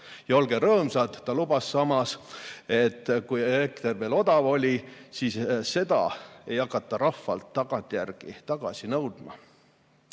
Ja olge rõõmsad, ta lubas samas, kui elekter veel odav oli, et seda ei hakata rahvalt tagantjärgi